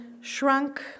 shrunk